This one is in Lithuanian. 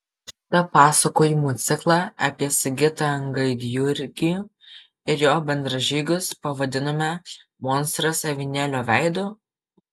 šitą pasakojimų ciklą apie sigitą gaidjurgį ir jo bendražygius pavadinome monstras avinėlio veidu